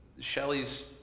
Shelley's